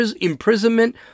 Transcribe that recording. imprisonment